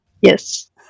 Yes